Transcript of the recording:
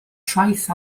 traeth